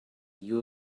you